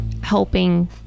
helping